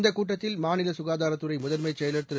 இந்தக் கூட்டத்தில் மாநில சுகாதாரத்துறை முதன்மைச் செயலர் திரு